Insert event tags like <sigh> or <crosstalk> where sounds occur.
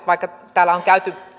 <unintelligible> vaikka täällä on käyty